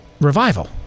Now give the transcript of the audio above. revival